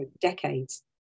decades